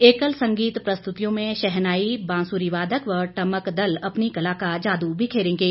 एकल संगीत प्रस्तुतियों में शहनाई बांसुरी वादक व टमक दल अपनी कला का जादू बिखेरेंगे